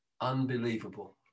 unbelievable